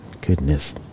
goodness